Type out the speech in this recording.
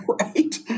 Right